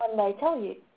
they tell you,